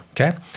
Okay